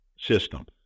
system